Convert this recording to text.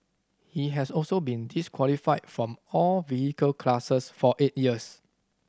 he has also been disqualified from all vehicle classes for eight years